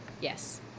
Yes